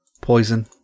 poison